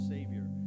Savior